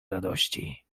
radości